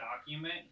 document